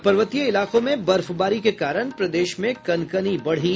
और पर्वतीय इलाकों में बर्फबारी के कारण प्रदेश में कनकनी बढी